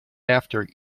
after